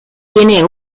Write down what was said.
tiene